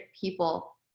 people